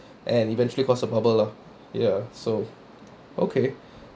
and eventually cause a bubble lah ya so okay